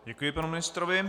Děkuji panu ministrovi.